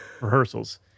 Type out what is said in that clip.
rehearsals